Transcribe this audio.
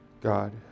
God